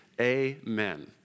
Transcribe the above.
Amen